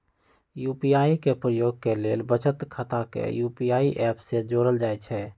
UPI के प्रयोग के लेल बचत खता के यू.पी.आई ऐप से जोड़ल जाइ छइ